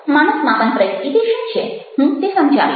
માનસ માપન પ્રયુક્તિ તે શું છે હું તે સમજાવીશ